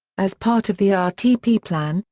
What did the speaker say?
as part of the ah rtp plan,